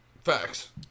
Facts